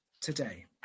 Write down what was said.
today